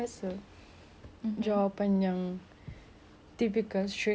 typical straightforward that everybody does it don't lie and say you never done it before